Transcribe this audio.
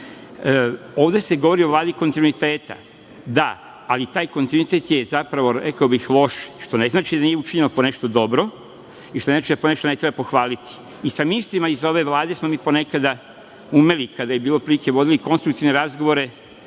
se govori o Vladi kontinuiteta, da, ali taj kontitnuitet je, zapravo, rekao bih, loš, što ne znači da nije učinjeno po nešto dobro, i što ne znači da ponešto treba pohvaliti, i sa ministrima iz ove Vlade smo ponekada umeli, kada je bilo prilike, vodili konstruktivne razgovore,